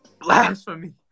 Blasphemy